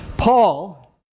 Paul